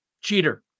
cheater